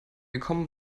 gekommen